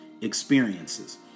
experiences